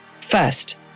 First